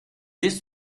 this